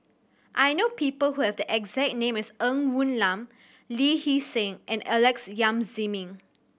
I know people who have the exact name as Ng Woon Lam Lee Hee Seng and Alex Yam Ziming